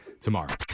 tomorrow